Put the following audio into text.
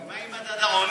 מה עם מדד העוני?